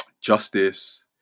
justice